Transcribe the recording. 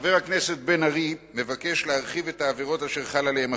חבר הכנסת בן-ארי מבקש להרחיב את העבירות אשר החוק חל עליהן,